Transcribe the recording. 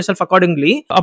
accordingly